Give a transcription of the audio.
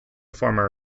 former